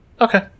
Okay